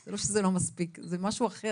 אז זה לא שזה לא מספיק, זה פשוט משהו אחר.